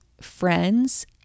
friends